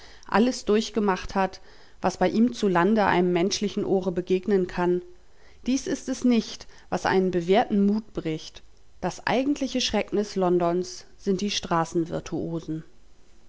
alles durchgemacht hat was bei ihm zu lande einem menschlichen ohre begegnen kann dies ist es nicht was einen bewährten mut bricht das eigentliche schrecknis londons sind die